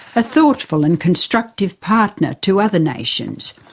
a thoughtful and constructive partner to other nations,